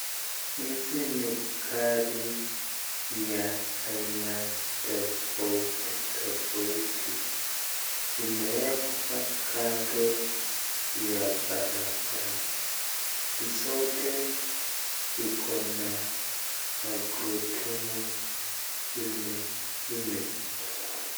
Hizi ni gari ya aina tofauti tofauti, imewekwa kando ya barabara, zote iko na magurudumu nne nne.